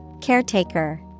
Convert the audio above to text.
Caretaker